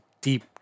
deep